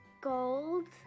gold